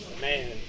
man